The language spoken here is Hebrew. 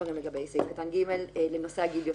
דברים לגבי סעיף קטן (ג) בנושא הגליוטינה.